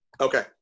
Okay